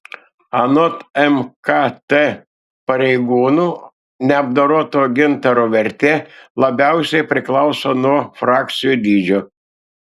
anot mkt pareigūnų neapdoroto gintaro vertė labiausiai priklauso nuo frakcijų dydžio